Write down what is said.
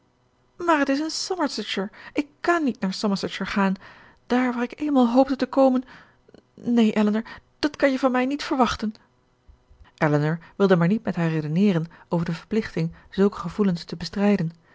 maar t is in somersetshire ik kàn niet naar somersetshire gaan daar waar ik eenmaal hoopte te komen neen elinor dat kan je van mij niet verwachten elinor wilde maar niet met haar redeneeren over de verplichting zulke gevoelens te bestrijden